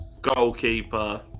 goalkeeper